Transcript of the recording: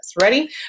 Ready